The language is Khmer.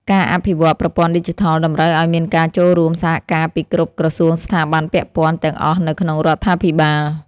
ការអភិវឌ្ឍប្រព័ន្ធឌីជីថលតម្រូវឱ្យមានការចូលរួមសហការពីគ្រប់ក្រសួងស្ថាប័នពាក់ព័ន្ធទាំងអស់នៅក្នុងរដ្ឋាភិបាល។